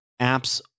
apps